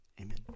Amen